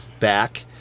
back